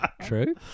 True